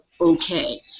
okay